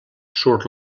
surt